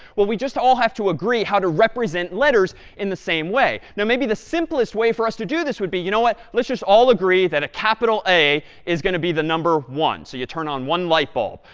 well, we just all have to agree how to represent letters in the same way. now, maybe the simplest way for us to do this would be, you know what? let's just all agree that a capital a is to be the number one. so you turn on one light bulb,